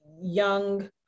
young